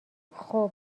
خوب